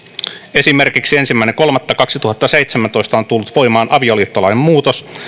esimerkiksi ensimmäinen kolmatta kaksituhattaseitsemäntoista on tullut voimaan avioliittolain muutos